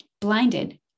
blinded